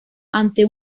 ante